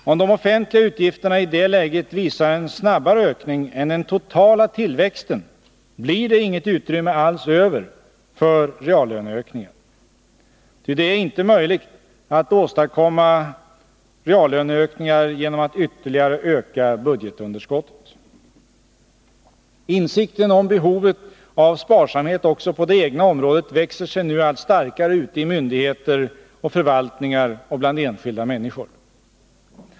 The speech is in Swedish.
Om de offentliga utgifterna i det läget visar en snabbare ökning än den totala tillväxten, blir det inget utrymme alls över för reallöneökningar. Ty det är inte möjligt att åstadkomma reallöneökningar genom att ytterligare öka budgetunderskottet. Insikten om behovet av sparsamhet också på det egna området växer sig nu allt starkare ute i myndigheter och förvaltningar och bland enskilda människor.